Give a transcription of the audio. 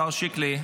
השר שיקלי,